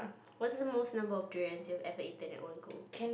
what's the most number of durians you've ever eaten in one go